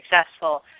successful